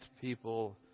People